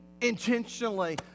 intentionally